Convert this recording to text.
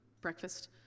breakfast